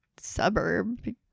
suburb